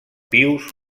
pius